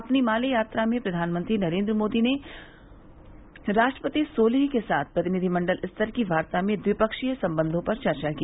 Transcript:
अपनी माले यात्रा में प्रधानमंत्री नरेंद्र मोदी ने राष्ट्रपति सोलिह के साथ प्रतिनिधिमंडल स्तर की वार्ता में ट्विपक्षीय संबंधों पर चर्चा की